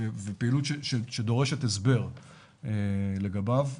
ופעילות שדורשת הסבר לגביו.